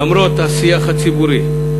למרות השיח הציבורי,